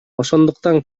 ошондуктан